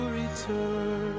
return